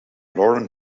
lauren